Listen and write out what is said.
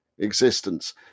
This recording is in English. existence